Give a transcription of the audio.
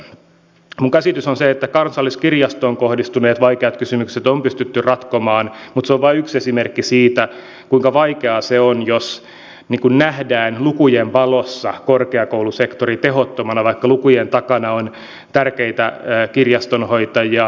minun käsitykseni on se että kansalliskirjastoon kohdistuneet vaikeat kysymykset on pystytty ratkomaan mutta se on vain yksi esimerkki siitä kuinka vaikeaa se on jos nähdään lukujen valossa korkeakoulusektori tehottomana vaikka lukujen takana on tärkeitä kirjastonhoitajia